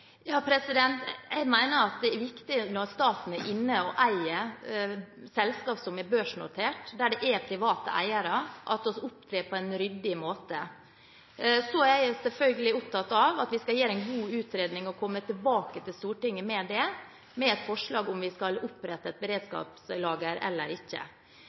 Jeg mener at når staten eier selskaper som er børsnotert, der det er private eiere, er det viktig at vi opptrer på en ryddig måte. Så er jeg selvfølgelig opptatt av at vi skal gjøre en god utredning og komme tilbake til Stortinget med et forslag om hvorvidt vi skal opprette et beredskapslager eller ikke.